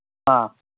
ꯑꯥ